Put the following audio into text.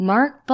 Mark